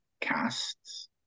casts